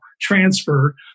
transfer